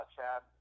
Chad